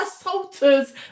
assaulters